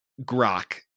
grok